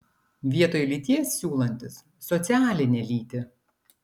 vietoj lyties siūlantis socialinę lytį